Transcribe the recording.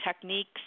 techniques